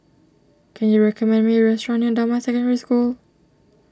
can you recommend me a restaurant near Damai Secondary School